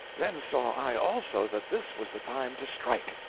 then saw i also that this was the time to strike!